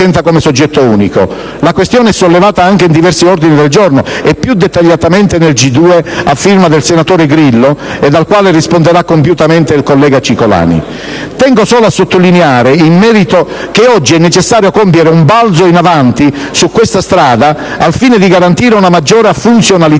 La questione è sollevata anche in diversi ordini del giorno e, più dettagliatamente, nel G2 a firma del senatore Grillo, al quale risponderà compiutamente il collega Cicolani. Tengo solo a sottolineare, in merito, che oggi è necessario compiere un balzo in avanti su questa strada al fine di garantire una maggiore funzionalità